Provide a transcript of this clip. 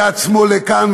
יד שמאל לכאן,